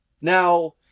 Now